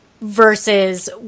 versus